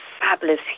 fabulous